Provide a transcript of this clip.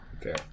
okay